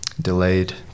delayed